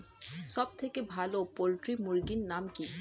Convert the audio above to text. সবথেকে ভালো পোল্ট্রি মুরগির নাম কি?